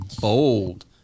bold